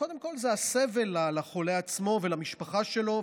קודם כול זה הסבל לחולה עצמו ולמשפחה שלו,